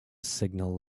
signal